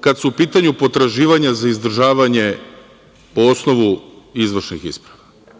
kad su u pitanju potraživanja za izdržavanje po osnovu izvršnih isprava.